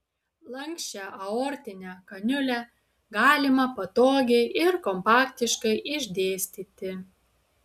lanksčią aortinę kaniulę galima patogiai ir kompaktiškai išdėstyti